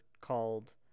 called